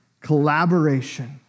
collaboration